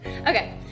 Okay